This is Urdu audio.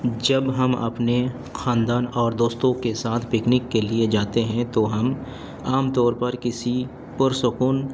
جب ہم اپنے خاندان اور دوستوں کے ساتھ پکنک کے لیے جاتے ہیں تو ہم عام طور پر کسی پرسکون